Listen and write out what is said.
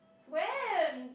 when